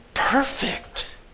perfect